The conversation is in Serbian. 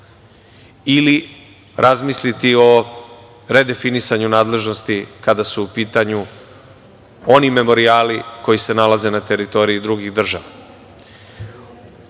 ili razmisliti o redefinisanju nadležnosti kada su u pitanju oni memorijali koji se nalaze na teritoriji drugih država.U